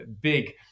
big